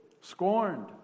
scorned